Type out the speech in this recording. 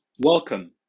Welcome